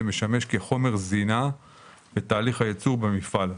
משמש חומר זינה בתהליך הייצור במפעל,